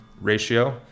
ratio